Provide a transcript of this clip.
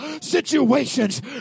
situations